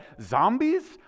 zombies